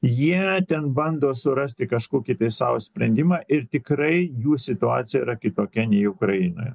jie ten bando surasti kažkokį tai sau sprendimą ir tikrai jų situacija yra kitokia nei ukrainoje